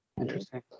interesting